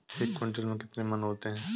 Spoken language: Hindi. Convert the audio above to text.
एक क्विंटल में कितने मन होते हैं?